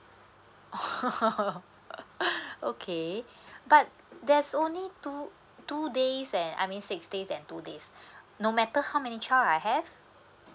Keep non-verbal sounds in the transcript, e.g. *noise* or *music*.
*laughs* okay but there's only two two days and I mean six days and two days no matter how many child I have